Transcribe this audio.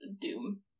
doom